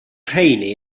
rheiny